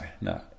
no